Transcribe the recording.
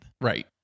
Right